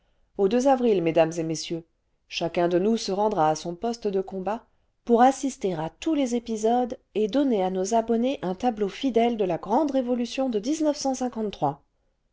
au avril mesdames et messieurs chacun de nous se rendra à son poste de combat pour assister à tous les épisodes et donner à nos abonnés un table au fidèle de la grande révolution de